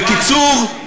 בקיצור,